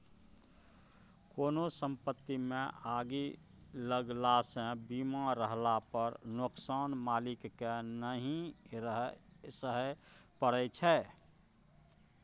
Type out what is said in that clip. कोनो संपत्तिमे आगि लगलासँ बीमा रहला पर नोकसान मालिककेँ नहि सहय परय छै